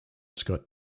scott